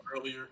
earlier